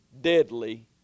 deadly